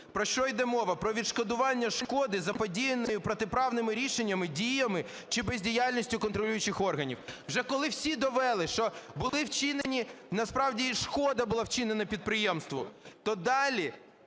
Про що йде мова? Про відшкодування шкоди, заподіяної протиправними рішеннями, діями чи бездіяльністю контролюючих органів. Вже коли всі довели, що були вчинені, насправді і шкода була вчинена підприємству, то далі